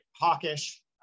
hawkish